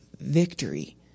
victory